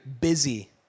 busy